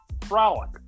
frolic